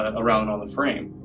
ah around on the frame.